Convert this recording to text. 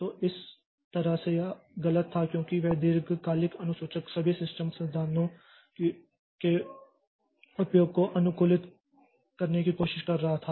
तो इस तरह से यह गलत था क्योंकि वह दीर्घकालिक अनुसूचक सभी सिस्टम संसाधनों के उपयोग को अनुकूलित करने की कोशिश कर रहा था